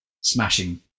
smashing